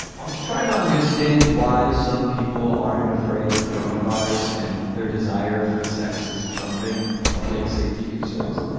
i'm trying to understand why some people aren't afraid of corona virus and their desire for sex is trumping public safety concerns.